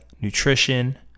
nutrition